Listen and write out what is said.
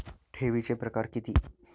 ठेवीचे प्रकार किती?